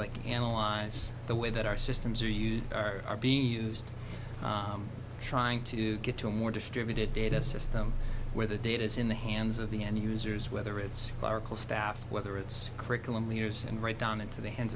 like analyze the way that our systems are used are being used trying to get to a more distributed data system where the data is in the hands of the end users whether it's arkell staff whether it's curriculum leaders and right down into the hands